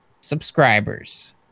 subscribers